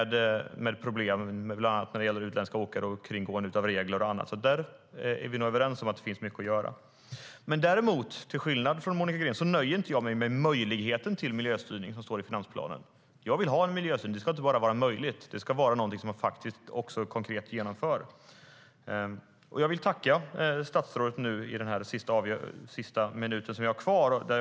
Det gäller bland annat utländska åkare, kringgående av regler och annat. Vi är överens om att det där finns mycket att göra. Jag vill tacka statsrådet nu under den sista minuten som jag har kvar av min talartid.